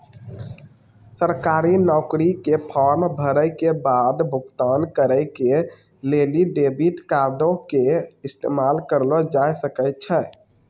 सरकारी नौकरी के फार्म भरै के बाद भुगतान करै के लेली डेबिट कार्डो के इस्तेमाल करलो जाय सकै छै